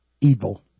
evil